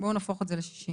בואו נהפוך את זה ל-60.